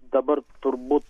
dabar turbūt